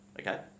Okay